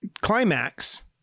Climax